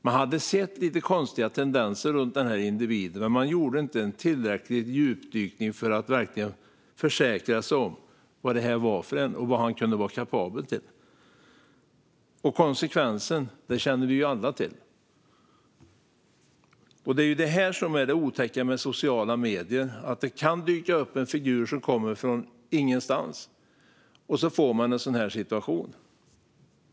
Man hade sett lite konstiga tendenser runt individen, men man gjorde inte en tillräckligt grundlig djupdykning för att försäkra sig om vem han var och vad han kunde vara kapabel till. Konsekvensen känner vi alla till. Det här är vad som är otäckt med sociala medier. Det kan dyka upp en figur från ingenstans, och sedan får vi en situation som den här.